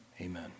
amen